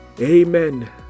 Amen